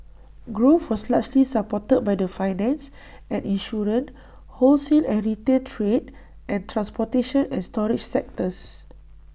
growth was largely supported by the finance and insurance wholesale and retail trade and transportation and storage sectors